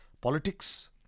politics